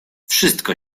wszystko